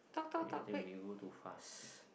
wait I think we go too fast